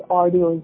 audio